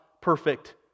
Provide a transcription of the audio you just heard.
perfect